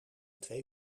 twee